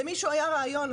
למישהו היה רעיון,